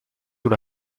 una